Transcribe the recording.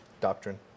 Doctrine